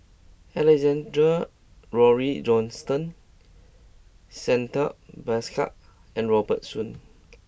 Alexander Laurie Johnston Santha Bhaskar and Robert Soon